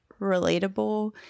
relatable